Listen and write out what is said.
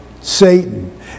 Satan